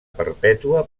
perpètua